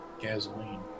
gasoline